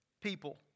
People